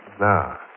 Now